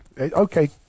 Okay